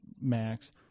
max